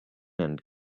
and